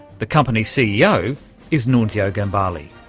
the company's ceo is nunzio gambale.